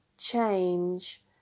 change